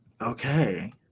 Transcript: Okay